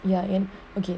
ya and okay